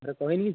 ଘରେ କହିନି କିଛି